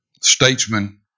statesman